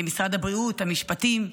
למשרדי הבריאות והמשפטים,